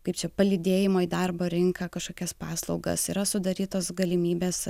kaip čia palydėjimo į darbo rinką kažkokias paslaugas yra sudarytos galimybės